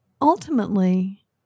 ultimately